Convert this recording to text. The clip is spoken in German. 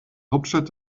hauptstadt